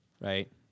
right